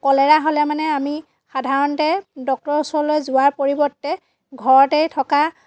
cholera হ'লে মানে আমি সাধাৰণতে ডক্টৰৰ ওচৰলৈ যোৱাৰ পৰিৱৰ্তে ঘৰতেই থকা